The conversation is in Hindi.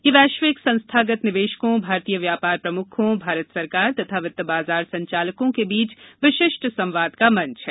यह वैश्विक संस्थागत निवेशकों भारतीय व्यापार प्रमुखों भारत सरकार तथा वित्त बाजार संचालकों के बीच विशिष्ट संवाद का मंच है